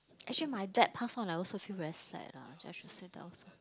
actually my dad passed on I also feel very sad lah just